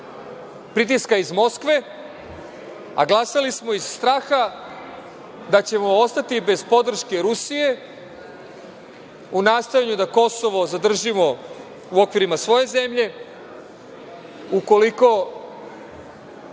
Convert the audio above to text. Pritiska iz Moskve, a glasali smo iz straha da ćemo ostati bez podrške Rusije u nastojanju da Kosovo zadržimo u okvirima svoje zemlje, ukoliko